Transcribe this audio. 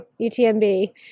UTMB